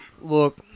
Look